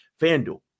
Fanduel